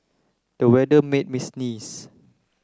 the weather made me sneeze